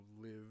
live